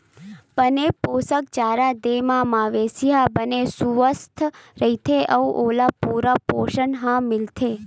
बने पोसक चारा दे म मवेशी ह बने सुवस्थ रहिथे अउ ओला पूरा पोसण ह मिलथे